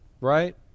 right